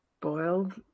Boiled